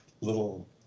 little